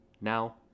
Now